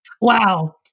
Wow